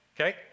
Okay